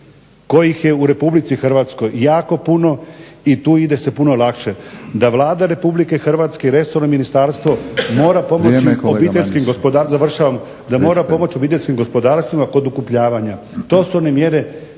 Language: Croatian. kojih je u RH jako puno i tu ide se puno lakše. Da Vlada Republike Hrvatske i resorno ministarstvo mora pomoći obiteljskim gospodarstvima kod ukrupljavanja. To su one mjere